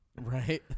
right